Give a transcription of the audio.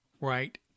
right